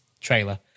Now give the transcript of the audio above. trailer